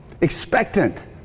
expectant